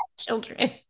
Children